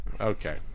Okay